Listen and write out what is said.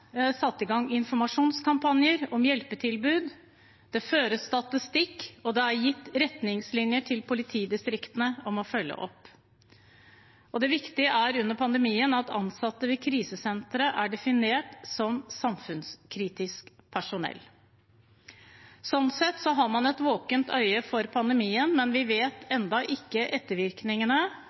satt i gang informasjonskampanjer om hjelpetilbud, det føres statistikk, og det er gitt retningslinjer til politidistriktene om å følge opp. Det viktige under pandemien er at ansatte ved krisesentre er definert som samfunnskritisk personell. Sånn sett har man et våkent øye på pandemien, men vi vet ennå ikke ettervirkningene